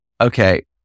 okay